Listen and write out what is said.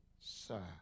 Sir